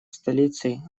столицей